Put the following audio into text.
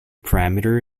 parameter